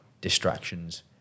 distractions